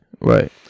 Right